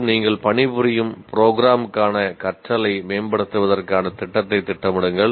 மற்றும் நீங்கள் பணிபுரியும் ப்ரொக்ராம்க்கான கற்றலை மேம்படுத்துவதற்கான திட்டத்தை திட்டமிடுங்கள்